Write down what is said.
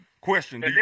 Question